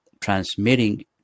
transmitting